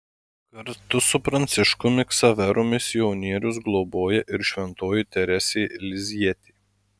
kartu su pranciškumi ksaveru misionierius globoja ir šventoji teresė lizjietė